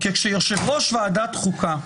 כשיושב ראש ועדת החוקה,